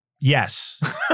Yes